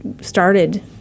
started